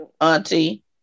auntie